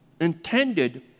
intended